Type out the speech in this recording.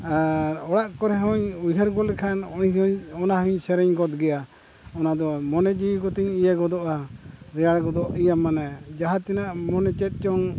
ᱟᱨ ᱚᱲᱟᱜ ᱠᱚᱨᱮ ᱦᱚᱧ ᱩᱭᱦᱟᱹᱨ ᱜᱚᱫ ᱞᱮᱠᱷᱟᱱ ᱚᱱᱟ ᱦᱚᱧ ᱥᱮᱨᱮᱧ ᱜᱚᱫ ᱜᱮᱭᱟ ᱚᱱᱟᱫᱚ ᱢᱚᱱᱮ ᱡᱤᱣᱤ ᱠᱚᱛᱤᱧ ᱤᱭᱟᱹ ᱜᱚᱫᱚᱜᱼᱟ ᱨᱮᱭᱟᱲ ᱜᱚᱫᱚᱜᱼᱟ ᱤᱭᱟᱹ ᱢᱟᱱᱮ ᱡᱟᱦᱟᱸ ᱛᱤᱱᱟᱹᱜ ᱢᱟᱱᱮ ᱪᱮᱫ ᱪᱚᱝ